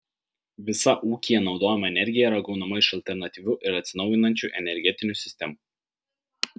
visa ūkyje naudojama energija yra gaunama iš alternatyvių ir atsinaujinančių energetinių sistemų